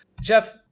Jeff